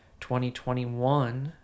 2021